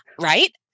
right